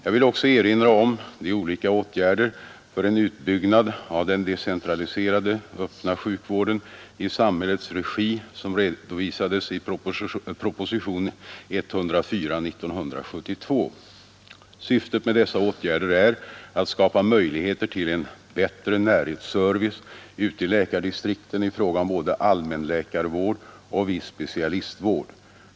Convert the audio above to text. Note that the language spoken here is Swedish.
Jag vill också erinra om de olika åtgärder för en utbyggnad av den decentraliserade öppna sjukvården i samhällets regi som redovisades i propositionen 104 år 1972. Syftet med dessa åtgärder är att skapa möjligheter till en bättre närhetsservice ute i läkardistrikten i fråga om både allmänläkarvård och viss specialistvård.